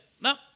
no